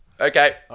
Okay